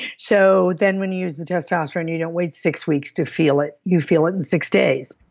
so then, when you use the testosterone, you don't wait six weeks to feel it. you feel it in six days.